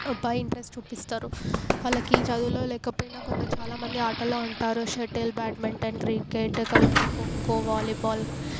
పై interest చూపిస్తారు వాళ్ళకి చదువులో లేకపోయినా కొందరు చాలా మంది ఆటల్లో ఉంటారు shuttle badminton cricket kabaddi kho kho volleyball